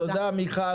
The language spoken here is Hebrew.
תודה מיכל.